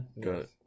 Good